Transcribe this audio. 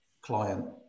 client